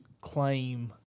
claim